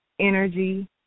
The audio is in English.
Energy